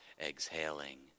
exhaling